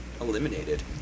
Eliminated